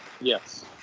Yes